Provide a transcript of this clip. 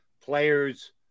players